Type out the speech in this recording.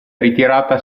ritirata